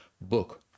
book